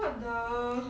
what the